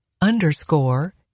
underscore